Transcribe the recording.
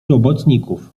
robotników